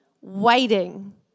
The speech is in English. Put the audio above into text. waiting